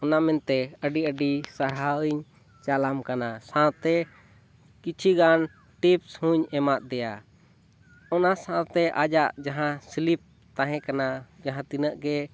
ᱚᱱᱟ ᱢᱮᱱᱛᱮ ᱟᱹᱰᱤ ᱟᱹᱰᱤ ᱥᱟᱨᱦᱟᱣᱧ ᱪᱟᱞᱟᱢ ᱠᱟᱱᱟ ᱥᱟᱶᱛᱮ ᱠᱤᱪᱷᱩ ᱜᱟᱱ ᱴᱤᱯᱥ ᱦᱚᱸᱧ ᱮᱢᱟᱫᱮᱭᱟ ᱚᱱᱟ ᱥᱟᱶᱛᱮ ᱟᱡᱟᱜ ᱡᱟᱦᱟᱸ ᱥᱤᱞᱤᱯ ᱛᱟᱦᱮᱸ ᱠᱟᱱᱟ ᱡᱟᱦᱟᱸ ᱛᱤᱱᱟᱹᱜ ᱜᱮ